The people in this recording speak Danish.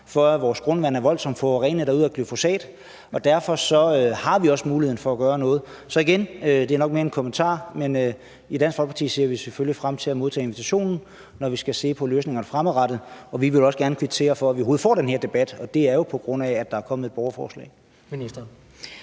for, at vores grundvand er voldsomt forurenet af glyfosat – og derfor har vi også muligheden for at gøre noget. Så igen – det er nok mere en kommentar – i Dansk Folkeparti ser vi selvfølgelig frem til at modtage invitationen, når vi skal finde løsningerne fremadrettet, og vi vil også gerne kvittere for, at vi overhovedet får den her debat, og det er jo på grund af, at der er kommet et borgerforslag.